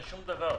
אין שום דבר.